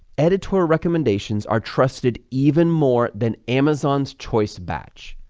editorial recommendations are trusted even more than amazon's choice batch,